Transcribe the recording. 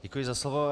Děkuji za slovo.